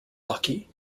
hockey